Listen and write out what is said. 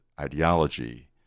ideology